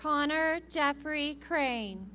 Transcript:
connor jeffrey crane